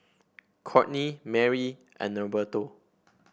Kourtney Mary and Norberto